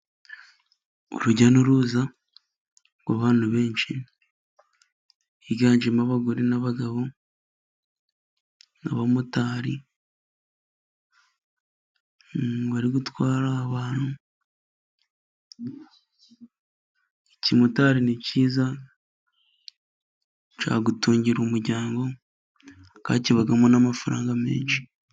Urujya n'uruza ku bantu benshi higanjemo abagore n'abagabo, abamotari bari gutwara abantu, ikimotari ni cyiza cyagutungira umuryango, kandi kibamo n'amafaranga menshi.